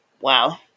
Wow